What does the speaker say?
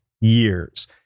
years